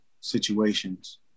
situations